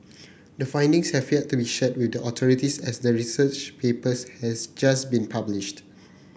the findings have yet to be shared with the authorities as the research papers has just been published